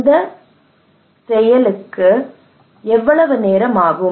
இந்தச் செயலுக்கு எவ்வளவு நேரம் ஆகும்